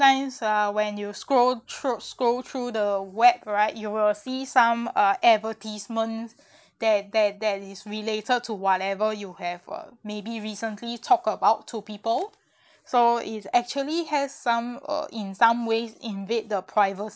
signs are when you scroll troups~ scroll through the web right you will see some uh advertisements that that that is related to whatever you have uh maybe recently talked about to people so is actually has some uh in some ways invade the privacy